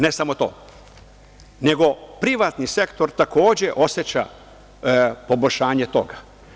Ne samo to, nego privatni sektor takođe oseća poboljšanje toga.